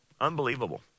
Unbelievable